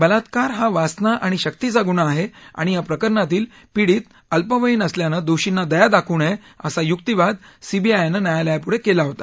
बलात्कार हा वासना आणि शक्तीचा गुन्हा आहे आणि या प्रकरणातील पीडित अल्पवयीन असल्यानं दोषींना दया दाखवू नये असा युक्तिवाद सीबीआयनं न्यायालयापुढे केला होता